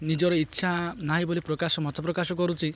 ନିଜର ଇଚ୍ଛା ନାହିଁ ବୋଲି ପ୍ରକାଶ ମତ ପ୍ରକାଶ କରୁଛି